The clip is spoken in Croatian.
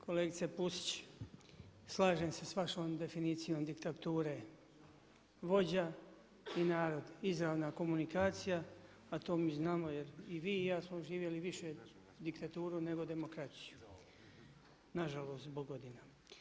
Kolegice Pusić slažem se s vašom definicijom diktature, vođa i narod izravna komunikacija, a to mi znamo jer i vi i ja smo živjeli više diktaturu nego demokraciju, nažalost zbog godina.